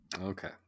Okay